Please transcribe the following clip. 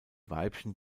weibchen